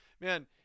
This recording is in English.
man